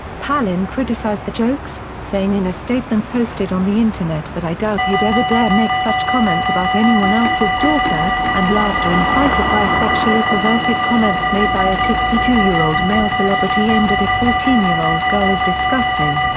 palin criticized the jokes, saying in a statement posted on the internet that i doubt he'd ever dare make such comments about anyone else's daughter, and laughter incited by sexually-perverted comments made by a sixty two year old male celebrity aimed at a fourteen year old girl is disgusting.